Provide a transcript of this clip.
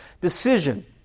decision